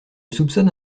soupçonne